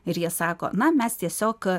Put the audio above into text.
ir jie sako na mes tiesiog